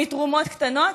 מתרומות קטנות,